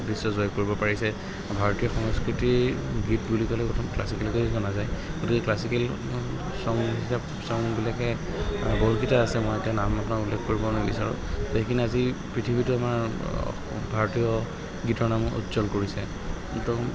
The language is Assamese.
বিশ্ব জয় কৰিব পাৰিছে ভাৰতীয় সংস্কৃতিৰ গীত বুলি ক'লে প্ৰথম ক্লাছিকেলে জনা যায় গতিকে ক্লাছিকেল চং হিচাপ চংবিলাকে বহুকেইটা আছে মই এতিয়া নাম আপোনাৰ উল্লেখ কৰিব নিবিচাৰোঁ তে সেইখিনি আজি পৃথিৱীটো আমাৰ ভাৰতীয় গীতৰ নাম উজ্জ্বল কৰিছে তো